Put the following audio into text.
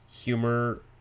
humor